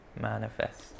manifest